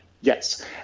Yes